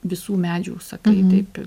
visų medžių sakai taip